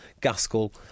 Gaskell